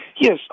Yes